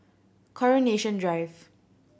Coronation Drive